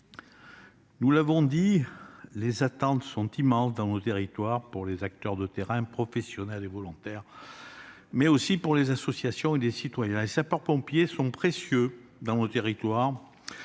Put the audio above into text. Nous l'avons dit, les attentes sont immenses dans nos territoires pour les acteurs de terrain, professionnels et volontaires, mais aussi pour les associations et les citoyens. Les sapeurs-pompiers sont précieux dans nos territoires